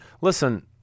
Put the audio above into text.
listen –